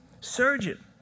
surgeon